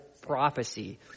prophecy